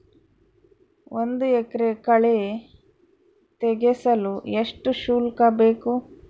ಒಂದು ಎಕರೆ ಕಳೆ ತೆಗೆಸಲು ಎಷ್ಟು ಶುಲ್ಕ ಬೇಕು?